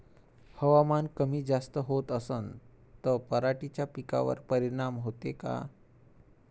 हवामान कमी जास्त होत असन त पराटीच्या पिकावर परिनाम होते का?